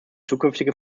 zukünftige